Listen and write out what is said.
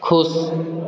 खुश